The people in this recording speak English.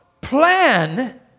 plan